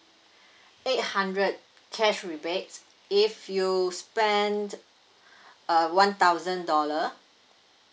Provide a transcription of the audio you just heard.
eight hundred cash rebate if you spent uh one thousand dollar